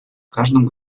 каждом